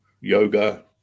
Yoga